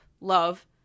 love